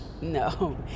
No